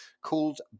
called